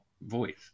voice